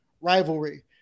rivalry